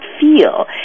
feel